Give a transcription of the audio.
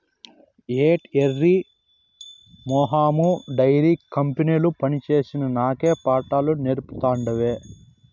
ఏటే ఎర్రి మొహమా డైరీ కంపెనీల పనిచేసిన నాకే పాఠాలు నేర్పతాండావ్